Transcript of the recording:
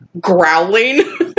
growling